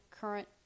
current